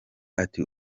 ati